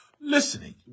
listening